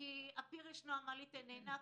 כי הפיר ישנו אך המעלית איננה,